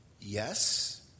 Yes